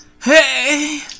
Hey